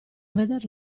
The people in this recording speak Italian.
veder